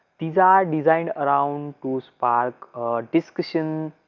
these are designed around to spark discussion.